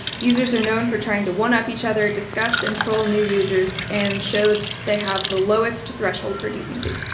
users are known for trying to one up each other, disgust and troll new users and show they have the lowest threshold for decency.